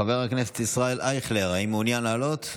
חבר הכנסת ישראל אייכלר, האם מעוניין לעלות?